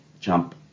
jump